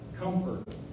comfort